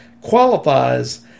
Qualifies